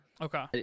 Okay